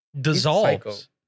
dissolves